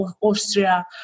Austria